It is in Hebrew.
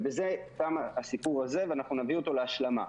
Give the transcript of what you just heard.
ובזה תם הסיפור הזה, ואנחנו נביא אותו להשלמה.